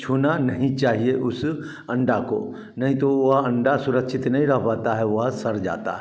छूना नहीं चाहिए उस अंडा को नहीं तो वह अंडा सुरक्षित नहीं रह पाता है वह सड़ जाता है